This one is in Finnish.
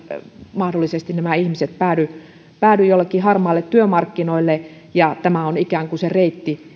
mahdollisesti nämä ihmiset päädy päädy joillekin harmaille työmarkkinoille niin että tämä on ikään kuin se reitti